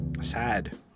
sad